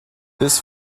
this